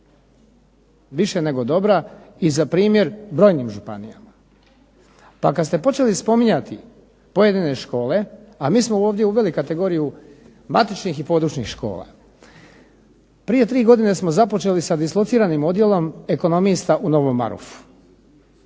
više nego dobra i za primjer brojnim županijama. Pa kad ste počeli spominjati pojedine škole, a mi smo ovdje uveli kategoriju matičnih i područnih škola. Prije tri godine smo započeli sa dislociranim odjelom ekonomista u Novom Marofu,